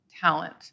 talent